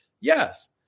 Yes